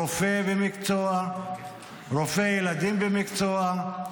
רופא ילדים במקצועו.